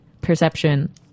perception